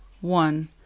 one